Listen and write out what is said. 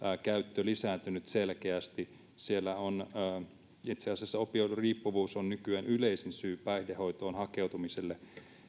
käyttö lisääntynyt selkeästi itse asiassa opioidiriippuvuus on nykyään yleisin syy päihdehoitoon hakeutumiselle